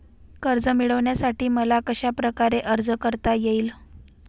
कर्ज मिळविण्यासाठी मला कशाप्रकारे अर्ज करता येईल?